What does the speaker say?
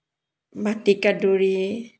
মাটিকাঁদুৰি